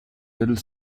little